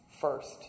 first